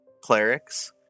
clerics